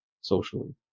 socially